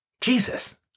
Jesus